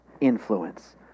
influence